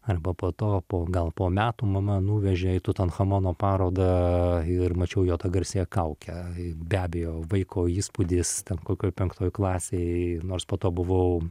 arba po to po gal po metų mama nuvežė į tutanchamono parodą ir mačiau jo tą garsiąją kaukę be abejo vaiko įspūdis ten kokioj penktoj klasėj nors po to buvau